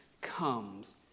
comes